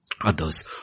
others